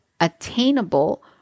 attainable